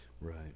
Right